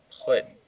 put